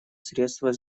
средство